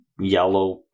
yellow